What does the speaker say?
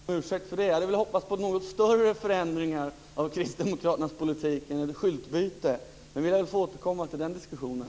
Fru talman! Fortsätt med det, men jag hade hoppats på något större förändringar av kristdemokraternas politik än ett skyltbyte. Men jag får återkomma till den diskussionen.